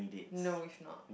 no if not